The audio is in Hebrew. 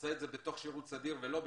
עושה את זה בתוך שירות צבאי ולא בשס"ן,